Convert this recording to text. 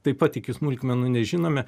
taip pat iki smulkmenų nežinome